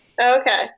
Okay